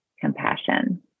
compassion